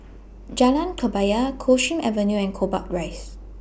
Jalan Kebaya Coldstream Avenue and Gombak Rise